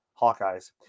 Hawkeyes